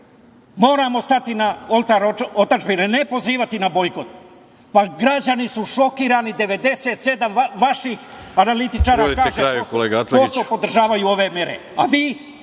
Moramo stati na oltar otadžbine, ne pozivati na bojkot. Pa, građani su šokirani 97% vaših analitičara kaže, podržavaju ove mere.